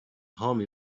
home